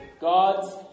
God's